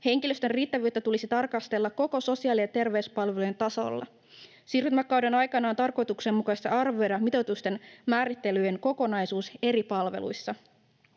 Henkilöstön riittävyyttä tulisi tarkastella koko sosiaali- ja terveyspalvelujen tasolla. Siirtymäkauden aikana on tarkoituksenmukaista arvioida mitoitusten määrittelyjen kokonaisuus eri palveluissa.